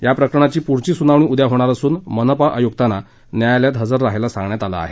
या प्रकरणी पुढची सुनावणी उद्या होणार असून मनपा आयुक्तांना न्यायलयात हजर राहण्यास सांगण्यात आलं आहे